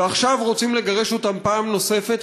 ועכשיו רוצים לגרש אותם פעם נוספת,